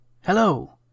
Hello